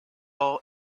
all